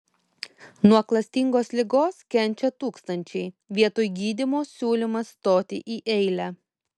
nuo klastingos ligos kenčia tūkstančiai vietoj gydymo siūlymas stoti į eilę